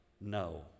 No